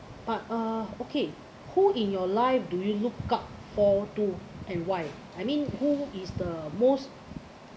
but uh okay who in your life do you look up for to and why I mean who is the most